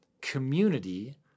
community